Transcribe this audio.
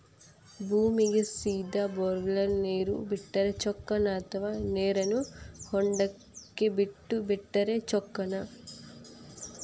ಭೂಮಿಗೆ ಸೇದಾ ಬೊರ್ವೆಲ್ ನೇರು ಬಿಟ್ಟರೆ ಚೊಕ್ಕನ ಅಥವಾ ನೇರನ್ನು ಹೊಂಡಕ್ಕೆ ಬಿಟ್ಟು ಬಿಟ್ಟರೆ ಚೊಕ್ಕನ?